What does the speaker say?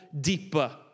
deeper